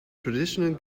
traditional